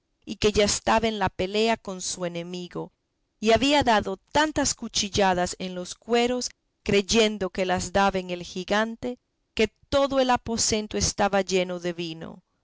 y que ya estaba en la pelea con su enemigo y había dado tantas cuchilladas en los cueros creyendo que las daba en el gigante que todo el aposento estaba lleno de vino